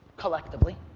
collectively,